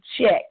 check